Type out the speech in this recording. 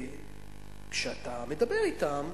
וכשאתה מדבר אתם,